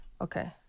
Okay